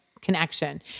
connection